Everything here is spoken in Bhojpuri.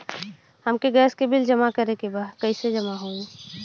हमके गैस के बिल जमा करे के बा कैसे जमा होई?